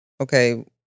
okay